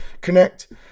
connect